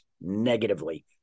negatively